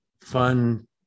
fun